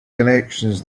connections